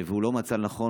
הוא לא מצא לנכון.